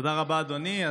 תודה רבה, אדוני.